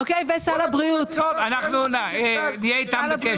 טוב, נהיה איתם בקשר.